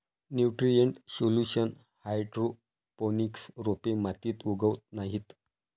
nutrient solution hydroponics रोपे मातीत उगवत नाहीत